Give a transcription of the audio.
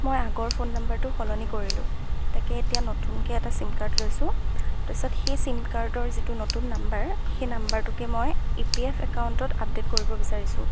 মই আগৰ ফোন নম্বৰটো সলনি কৰিলোঁ তাকে এতিয়া নতুনকৈ এটা ছিম কাৰ্ড লৈছোঁ তাৰপিছত সেই ছিম কাৰ্ডৰ যিটো নতুন নম্বৰ সেই নম্বৰটোকে মই ই পি এফ একাউণ্টত আপডেট কৰিব বিচাৰিছোঁ